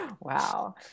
Wow